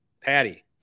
Patty